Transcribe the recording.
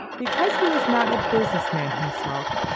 because he was not a business man himself,